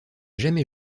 jamais